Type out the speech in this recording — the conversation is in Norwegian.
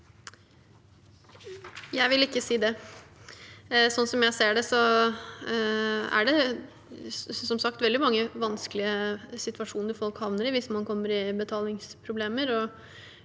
Jeg vil ikke si det. Sånn jeg ser det, er det veldig mange vanskelige situasjoner folk havner i hvis man kommer i betalingsproblemer,